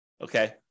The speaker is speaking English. okay